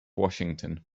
washington